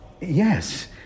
Yes